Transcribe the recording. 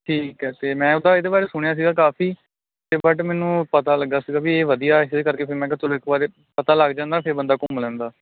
ਠੀਕ ਆ ਅਤੇ ਮੈਂ ਉੱਦਾਂ ਇਹਦੇ ਬਾਰੇ ਸੁਣਿਆ ਸੀਗਾ ਕਾਫ਼ੀ ਅਤੇ ਬਟ ਮੈਨੂੰ ਪਤਾ ਲੱਗਾ ਸੀਗਾ ਵੀ ਇਹ ਵਧੀਆ ਇਸੇ ਕਰਕੇ ਫਿਰ ਮੈਂ ਕਿਹਾ ਚਲੋ ਇੱਕ ਵਾਰੀ ਪਤਾ ਲੱਗ ਜਾਂਦਾ ਫਿਰ ਬੰਦਾ ਘੁੰਮ ਲੈਂਦਾ